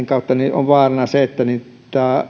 kautta on vaarana se että tämä